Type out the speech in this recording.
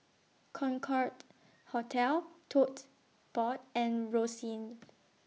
Concorde Hotel Tote Board and Rosyth